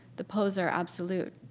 the poser absolute.